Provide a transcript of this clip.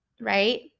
right